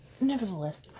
nevertheless